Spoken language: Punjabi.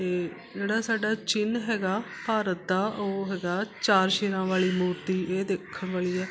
ਅਤੇ ਜਿਹੜਾ ਸਾਡਾ ਚਿੰਨ ਹੈਗਾ ਭਾਰਤ ਦਾ ਉਹ ਹੈਗਾ ਚਾਰ ਸ਼ੇਰਾਂ ਵਾਲੀ ਮੂਰਤੀ ਇਹ ਦੇਖਣ ਵਾਲੀ ਹੈ